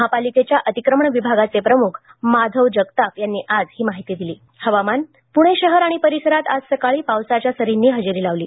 महापालिकेच्या अतिक्रमण विभागाचे प्रमुख माधव जगताप यांनी आज माहिती दिली हवामान पुणे शहर आणि परिसरांत आज सकाळी पावसाच्या सरींनी हजेरी लावली